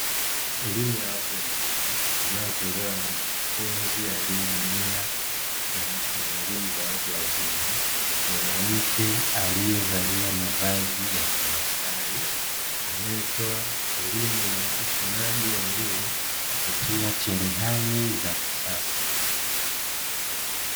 Elimu ya watu wazima, inayotolewa na mkufunzi aliyebobea kwa elimu za watu wazima. Mwanamke aliyevalia mavazi ya kimasai, anayetoa elimu ya ushonaji wa nguo kupitia cherehani za kisasa.